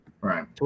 right